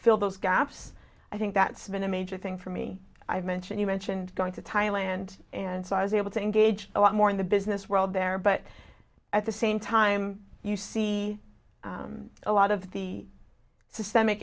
fill those gaps i think that's been a major thing for me i've mentioned you mentioned going to thailand and so i was able to engage a lot more in the business world there but at the same time you see a lot of the s